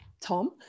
Tom